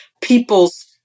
people's